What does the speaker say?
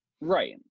right